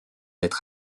être